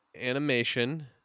animation